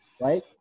right